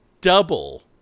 double